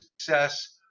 success